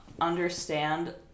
understand